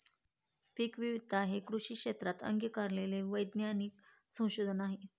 पीकविविधता हे कृषी क्षेत्रात अंगीकारलेले वैज्ञानिक संशोधन आहे